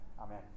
Amen